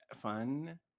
fun